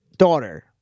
Daughter